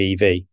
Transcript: EV